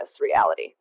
reality